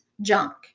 junk